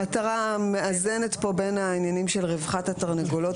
המטרה המאזנת כאן בין העניינים של רווחת התרנגולות